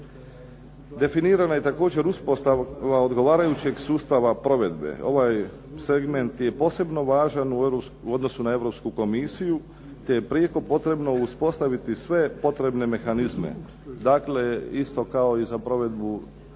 Definirana je također uspostava odgovarajućeg sustava provedbe. Ovaj segment je posebno važan u odnosu na Europsku Komisiju, te je prijeko potrebno uspostaviti sve potrebne mehanizme, dakle isto kao i za provedbu